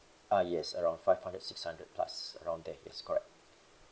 uh yes around five hundred six hundred plus around that yes correct